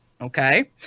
okay